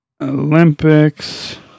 Olympics